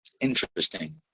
interesting